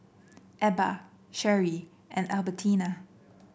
Ebba Sherie and Albertina